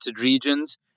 regions